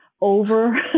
over